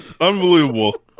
unbelievable